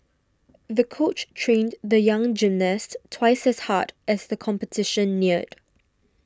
the coach trained the young gymnast twice as hard as the competition neared